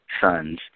sons